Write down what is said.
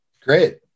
great